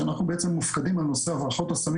כשאנחנו בעצם מופקדים על נושא הברחות הסמים